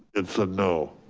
it's a no,